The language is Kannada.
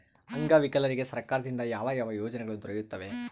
ಅಂಗವಿಕಲರಿಗೆ ಸರ್ಕಾರದಿಂದ ಯಾವ ಯಾವ ಯೋಜನೆಗಳು ದೊರೆಯುತ್ತವೆ?